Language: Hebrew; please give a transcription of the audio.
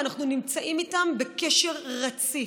ואנחנו נמצאים איתם בקשר רציף.